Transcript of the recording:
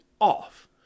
off